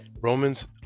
Romans